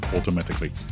Automatically